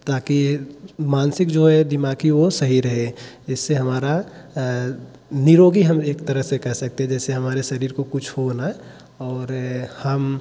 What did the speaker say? ताकि मानसिक जो है दिमाग़ की वो सही रहे जिससे हमारा निरोगी हम एक तरह से कह सकते हैं जैसे हमारे शरीर को कुछ हो ना और हम